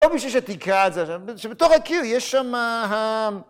לא בשביל שתקרא את זה, שבתוך הקיר יש שם ה...